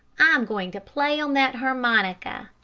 i'm going to play on that harmonica!